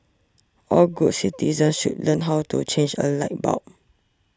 all good citizens should learn how to change a light bulb